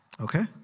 Okay